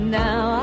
now